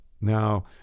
Now